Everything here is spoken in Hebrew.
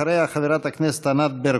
אחריה, חברת הכנסת ענת ברקו.